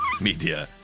media